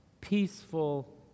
peaceful